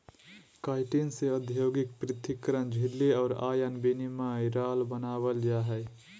chitin से औद्योगिक पृथक्करण झिल्ली और आयन विनिमय राल बनाबल जा हइ